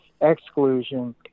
exclusion